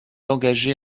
engagé